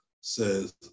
says